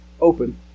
open